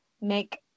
make